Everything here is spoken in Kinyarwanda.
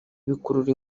bikurura